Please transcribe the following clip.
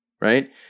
Right